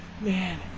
man